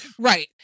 Right